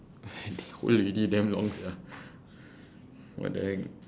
that old lady damn long sia what the heck